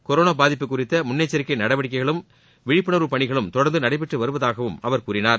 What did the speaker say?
corona பாதிப்பு குறித்த முன்னெச்சரிக்கை நடவடிக்கைகளும் விழிப்புணர்வு பணிகளும் தொடர்ந்து நடைபெற்று வருவதாகவும் அவர் கூறினார்